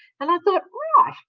and i thought, right,